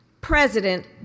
President